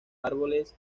árboles